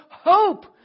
Hope